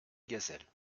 gazelle